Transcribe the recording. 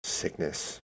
sickness